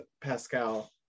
Pascal